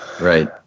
Right